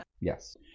Yes